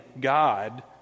God